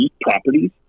properties